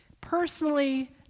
personally